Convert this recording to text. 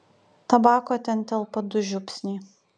tabako ten telpa du žiupsniai